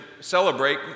celebrate